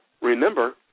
remember